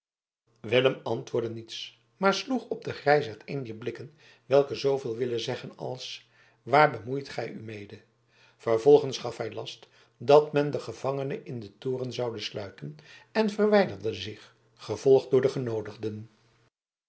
willem antwoordde niets maar sloeg op den grijsaard een dier blikken welke zooveel willen zeggen als waar bemoeit gij u mede vervolgens gaf hij last dat men den gevangene in den toren zoude sluiten en verwijderde zich gevolgd door de genoodigden